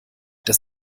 dass